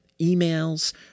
emails